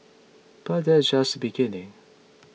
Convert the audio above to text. but that's just beginning